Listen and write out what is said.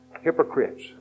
Hypocrites